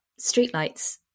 streetlights